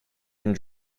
and